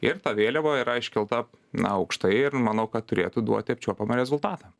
ir ta vėliava yra iškelta na aukštai ir manau kad turėtų duoti apčiuopiamą rezultatą